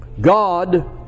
God